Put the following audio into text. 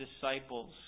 disciples